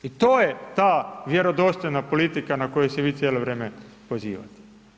I to je ta vjerodostojna politika na koju se vi cijelo vrijeme pozivate.